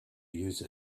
use